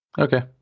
okay